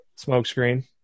smokescreen